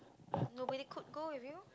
nobody could go with you